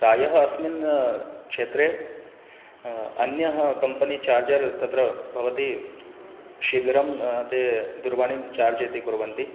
प्रायः अस्मिन् क्षेत्रे अन्यः कम्पनि चार्जर् तत्र भवति शीघ्रं ते दुरवाणीं चार्ज् इति कुर्वन्ति